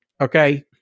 Okay